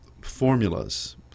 formulas